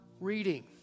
reading